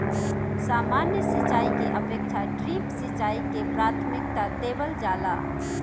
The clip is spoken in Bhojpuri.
सामान्य सिंचाई के अपेक्षा ड्रिप सिंचाई के प्राथमिकता देवल जाला